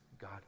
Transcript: God